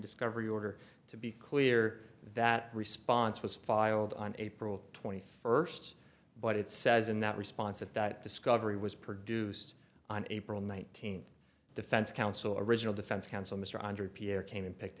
discovery order to be clear that response was filed on april twenty first but it says in that response that that discovery was produced on april nineteenth defense counsel original defense counsel mr andre pierre came and picked